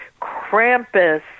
Krampus